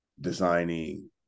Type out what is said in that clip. designing